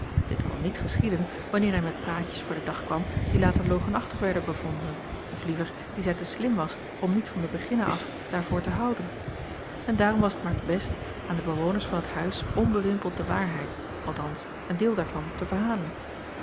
dit kon niet geschieden wanneer hij met praatjes voor den dag kwam die later logenachtig werden bevonden of liever die zij te slim was om niet van den beginne af daarvoor te houden en daarom was t maar best aan de bewoners van het huis onbewimpeld de waarheid althans een deel daarvan te verhalen